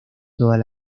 todas